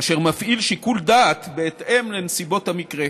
אשר מפעיל שיקול דעת בהתאם לנסיבות המקרה.